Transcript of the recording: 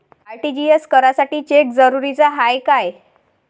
RTGS करासाठी cheque जरुरीचा हाय काय?